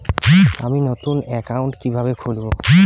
আমি নতুন অ্যাকাউন্ট কিভাবে খুলব?